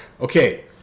Okay